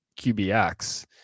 QBX